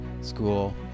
school